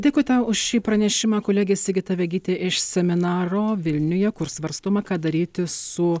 dėkui tau už šį pranešimą kolegė sigita vegytė iš seminaro vilniuje svarstoma ką daryti su